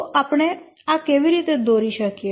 તો આપણે આ કેવી રીતે દોરી શકીએ